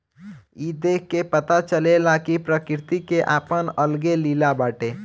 ई देख के पता चलेला कि प्रकृति के आपन अलगे लीला बाटे